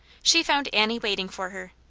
she found annie waiting for her.